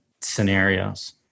scenarios